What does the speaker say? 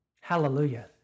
Hallelujah